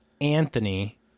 anthony